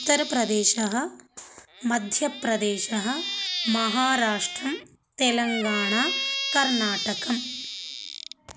उत्तर्प्रदेशः मध्यप्रदेशः महाराष्ट्रं तेलङ्गाणा कर्नाटकम्